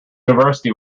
university